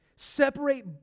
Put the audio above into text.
separate